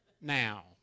now